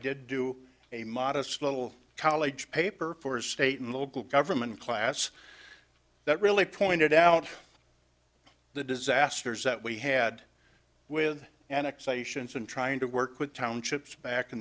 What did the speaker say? did do a modest little college paper for state and local government class that really pointed out the disasters that we had with annexations and trying to work with townships back in